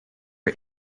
are